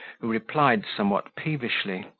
who replied somewhat peevishly,